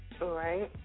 Right